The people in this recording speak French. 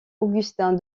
augustins